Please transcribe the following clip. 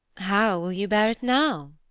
how will you bear it now?